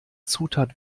zutat